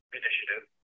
initiative